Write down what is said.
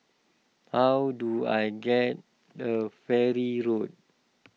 how do I get the Farrer Road